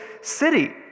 city